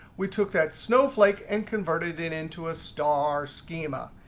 we took that snowflake and converted it into a star schema.